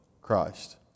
Christ